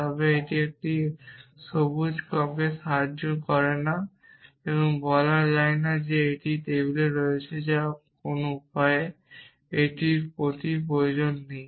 তবে এটি আমাদের সবুজ ককে সাহায্য করে না এবং বলা যায় যে এটি টেবিলে রয়েছে যে কোনও উপায়ে আমাদের এটির প্রয়োজন নেই